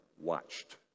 watched